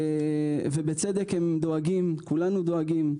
הם דואגים בצדק, כולנו דואגים,